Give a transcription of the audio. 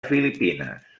filipines